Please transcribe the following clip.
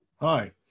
Hi